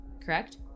correct